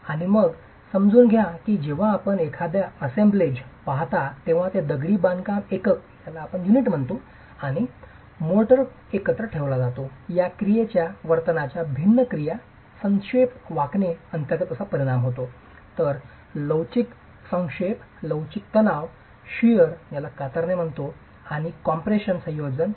आणि मग समजून घ्या की जेव्हा आपण एखादा असेंब्लेज पाहता तेव्हा तो दगडी बांधकाम एकक आणि मोर्टार एकत्र ठेवला जातो या क्रियेच्या वर्तनचा भिन्न क्रिया संक्षेप वाकणे अंतर्गत कसा परिणाम होतो तर लवचिक संक्षेप लवचिक तणाव कातरणे आणि कातरणे आणि कॉम्प्रेशनचे संयोजन